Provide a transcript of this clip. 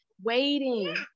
waiting